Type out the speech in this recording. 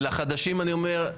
לחדשים אני אומר,